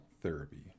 therapy